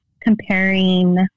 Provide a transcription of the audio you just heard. comparing